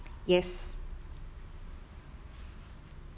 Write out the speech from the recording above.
yes